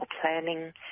planning